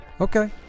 Okay